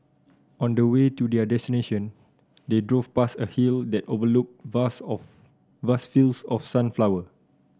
on the way to their destination they drove past a hill that overlooked vast of vast fields of sunflower